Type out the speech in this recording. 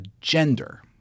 Gender